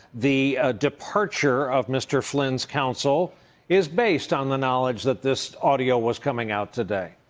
the departure of mr. flynn's counsel is based um the knowledge that this audio was coming out today.